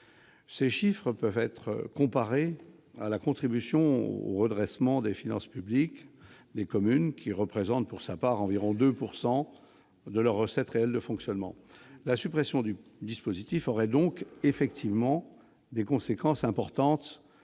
Ces chiffres peuvent être comparés à la contribution au redressement des finances publiques, la CRFP, des communes, qui représente pour sa part environ 2 % de leurs recettes réelles de fonctionnement : la suppression du dispositif aurait donc effectivement des conséquences importantes